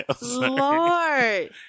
Lord